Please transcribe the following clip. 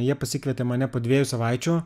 jie pasikvietė mane po dviejų savaičių